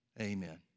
Amen